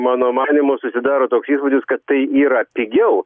mano manymu susidaro toks įspūdis kad tai yra pigiau